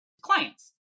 clients